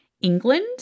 England